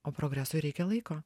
o progresui reikia laiko